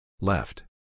Left